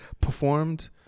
performed